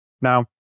Now